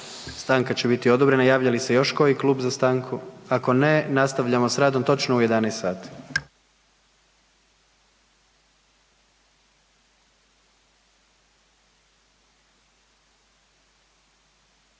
Stanka će biti odobrena. Javlja li se još koji klub za stanku? Ako ne, nastavljamo s radom točno u 11 sati.